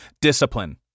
discipline